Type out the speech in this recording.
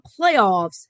playoffs